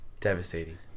devastating